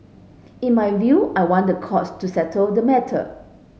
in my view I want the courts to settle the matter